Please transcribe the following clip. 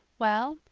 well,